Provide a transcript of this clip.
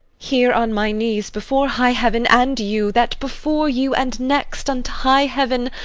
here on my knee, before high heaven and you, that before you, and next unto high heaven,